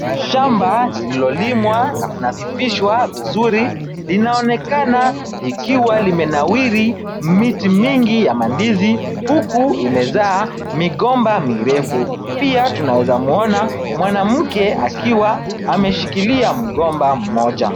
Shamba lililolimwa na kunadhifishwa vizuri linaonekana likiwa limenawiri miti mingi ya mandizi huku imezaa migomba mirefu. Pia tunawezamuona mwanamke akiwa ameshikilia mgomba mmoja.